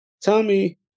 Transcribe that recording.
Tommy